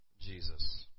Jesus